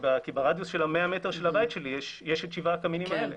כי ברדיוס של 100 מטר של הבית שלי יש את שבעת הקמינים האלה.